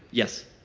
yes.